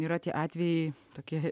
yra tie atvejai tokie